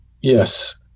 Yes